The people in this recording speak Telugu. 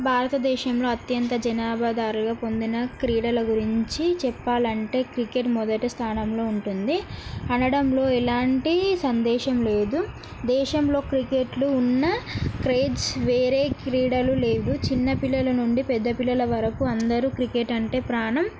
భారతదేశంలో అత్యంత జనాదరణ పొందిన క్రీడల గురించి చెప్పాలంటే క్రికెట్ మొదటి స్థానంలో ఉంటుంది అనడంలో ఎలాంటి సందేశం లేదు దేశంలో క్రికెట్లు ఉన్న క్రేజ్ వేరే క్రీడలు లేవు చిన్న పిల్లల నుండి పెద్ద పిల్లల వరకు అందరూ క్రికెట్ అంటే ప్రాణం